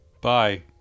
Bye